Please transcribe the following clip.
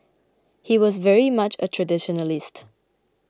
he was very much a traditionalist